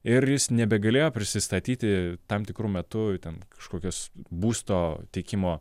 ir jis nebegalėjo prisistatyti tam tikru metu ten kažkokios būsto teikimo